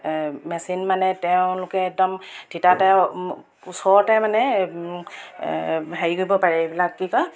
machine মানে তেওঁলোকে একদম থিতাতে ওচৰতে মানে হেৰি কৰিব পাৰে এইবিলাক কি কয়